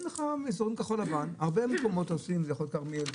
לך סימון כחול לבן הרבה מקומות עשויים זה יכול להיות כרמיאל,